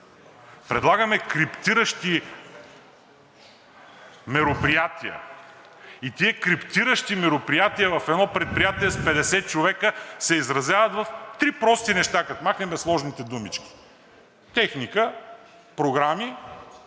Предлагаме криптиращи мероприятия и тези криптиращи мероприятия в едно предприятие с 50 човека се изразяват в три прости неща, като махнем сложните думички: техника, програми